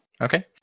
Okay